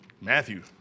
Matthew